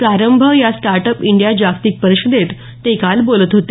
प्रारंभ या startup India जागतिक परिषदेत ते काल बोलत होते